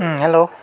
hello